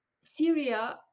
Syria